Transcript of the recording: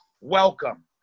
welcome